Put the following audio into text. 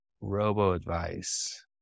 robo-advice